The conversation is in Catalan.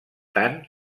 tant